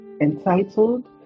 entitled